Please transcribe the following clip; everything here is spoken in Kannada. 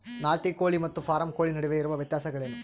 ನಾಟಿ ಕೋಳಿ ಮತ್ತು ಫಾರಂ ಕೋಳಿ ನಡುವೆ ಇರುವ ವ್ಯತ್ಯಾಸಗಳೇನು?